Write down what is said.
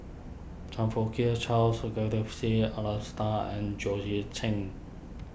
Chong Fook Charles and George Chen